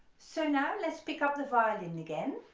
so now let's pick up the violin again